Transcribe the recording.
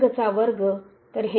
तर येथे